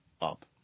up